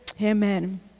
Amen